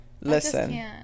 Listen